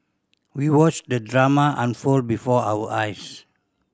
we watched the drama unfold before our eyes